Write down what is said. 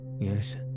Yes